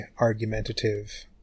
argumentative